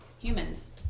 humans